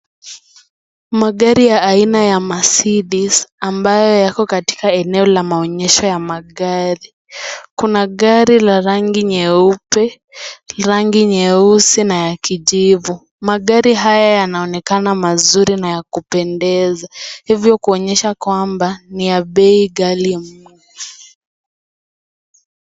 Magari aina ya Mercedes ambayo yako katika maeneo ya maonyesho ya magari. Kuna magari ya rangi nyeupe, rangi nyeusi na ya kijivu. Magari haya yanaonekana mazuri na ya kupendeza hivyo kuonyesha kwamba ni ya bei ghali mno.